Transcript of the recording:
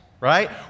right